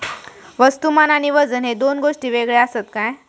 वस्तुमान आणि वजन हे दोन गोष्टी वेगळे आसत काय?